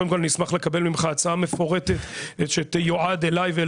קודם כל אני אשמח לקבל ממך הצעה מפורטת שתיועד אלי ואל